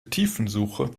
tiefensuche